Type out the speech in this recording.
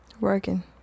Working